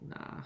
nah